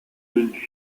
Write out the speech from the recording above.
münchens